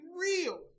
real